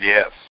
Yes